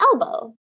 elbow